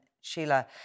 Sheila